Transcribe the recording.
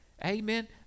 amen